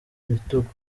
bitugu